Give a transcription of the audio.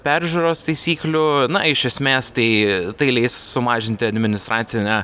peržiūros taisyklių na iš esmės tai tai leis sumažinti administracinę